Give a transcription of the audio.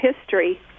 history